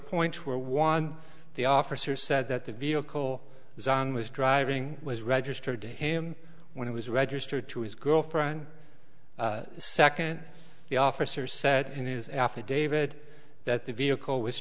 points were won the officer said that the vehicle design was driving was registered to him when it was registered to his girlfriend second the officer said in his affidavit that the vehicle was